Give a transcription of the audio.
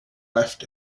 left